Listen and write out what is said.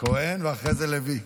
כוהן ואחרי זה לוי.